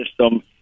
system